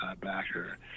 backer